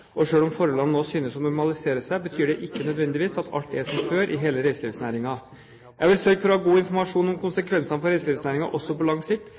og selv om forholdene nå synes å normalisere seg, betyr det ikke nødvendigvis at alt er som før i hele reiselivsnæringen. Jeg vil sørge for å ha god informasjon om konsekvensene for reiselivsnæringen også på lang sikt